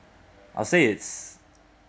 I'll say it's